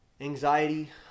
anxiety